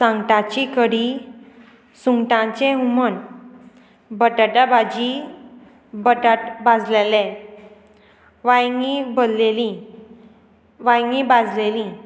सांगटाची कडी सुंगटांचें हुमण बटाटा भाजी बटाट भाजलेले वांयगी भरलेली वायगी भाजलेली